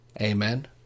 Amen